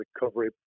recovery